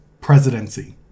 presidency